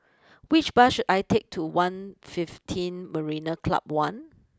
which bus should I take to one fifteen Marina Club one